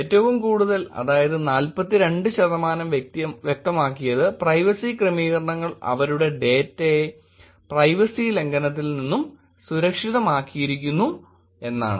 ഏറ്റവും കൂടുതൽ അതായത് 42 ശതമാനം വ്യക്തമാക്കിയത് പ്രൈവസി ക്രമീകരണങ്ങൾ അവരുടെ ഡേറ്റയെ പ്രൈവസി ലംഘനത്തിൽ നിന്നും സുരക്ഷിതമാക്കിയിരിക്കുന്നു എന്നാണ്